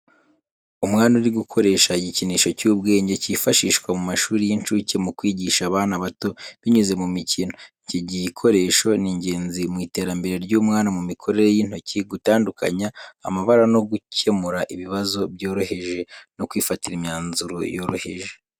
Umwana uri gukoresha igikinisho cy’ubwenge cyifashishwa mu mashuri y’inshuke mu kwigisha abana bato binyuze mu mikino. iki gikoresho ni ingenzi mu iterambere ry’umwana mu mikorere y’intoki, gutandukanya amabara no gukemura ibibazo byoroheje no kwifatira imyanzuro yoroheje.